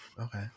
Okay